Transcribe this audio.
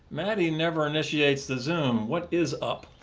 matty never initiates the zoom. what is up?